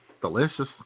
Delicious